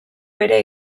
bere